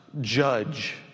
judge